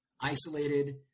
isolated